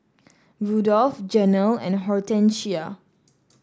Rudolf Janell and Hortencia